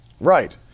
Right